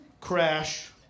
crash